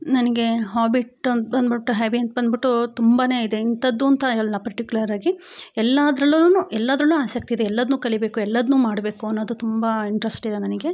ನನಗೆ ಹೊಬಿಟ್ ಅಂತ ಅಂದುಬಿಟ್ಟು ಹ್ಯಾಬಿ ಬಂದುಬಿಟ್ಟು ತುಂಬಾ ಇದೆ ಇಂಥದ್ದುಂತ ಎಲ್ಲ ಪರ್ಟಿಕ್ಯುಲರ್ ಆಗಿ ಎಲ್ಲದರಲ್ಲುನುನು ಎಲ್ಲದ್ರಲ್ಲೂ ಆಸಕ್ತಿ ಇದೆ ಎಲ್ಲದನ್ನು ಕಲೀಬೇಕು ಎಲ್ಲದು ಮಾಡಬೇಕು ಅನ್ನೋದು ತುಂಬಾ ಇಂಟ್ರೆಸ್ಟ್ ಇದೆ ನನಗೆ